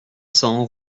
cents